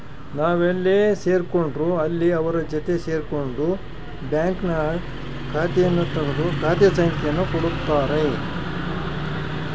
ನಾವೆಲ್ಲೇ ಸೇರ್ಕೊಂಡ್ರು ಅಲ್ಲಿ ಅವರ ಜೊತೆ ಸೇರ್ಕೊಂಡು ಬ್ಯಾಂಕ್ನಾಗ ಖಾತೆಯನ್ನು ತೆಗೆದು ಖಾತೆ ಸಂಖ್ಯೆಯನ್ನು ಕೊಡುತ್ತಾರೆ